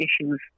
issues